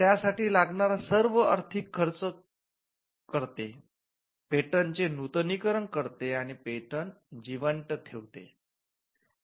त्या साठी लागणार सर्व आर्थिक खर्च करते पेटंट चे नूतनीकरण करते आणि पेटंट जिवंत ठेवते